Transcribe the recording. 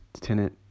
Tenet